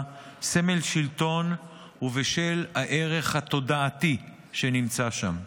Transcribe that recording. סמל שלטון ובשל הערך התודעתי שנמצא שם.